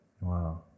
Wow